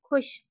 ਖੁਸ਼